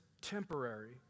temporary